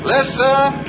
Listen